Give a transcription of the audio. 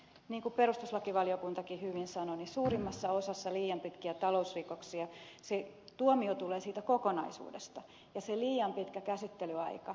niin kuin perustuslakivaliokuntakin hyvin sanoi suurimmassa osassa liian pitkiä talousrikoksia se tuomio tulee siitä kokonaisuudesta ja se liian pitkä käsittelyaika